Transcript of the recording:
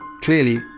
clearly